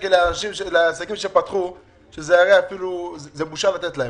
שקלים לעסקים שפתחו אבל זאת בושה לתת להם.